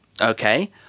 Okay